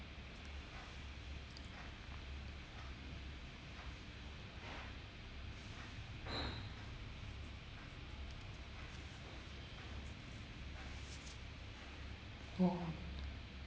!wah!